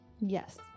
Yes